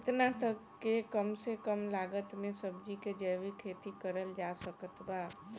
केतना तक के कम से कम लागत मे सब्जी के जैविक खेती करल जा सकत बा?